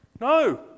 No